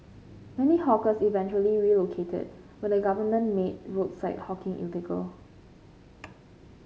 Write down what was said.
many hawkers eventually relocated when the government made roadside hawking illegal